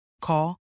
Call